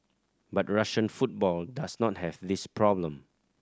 but Russian football does not have this problem